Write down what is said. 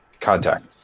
contact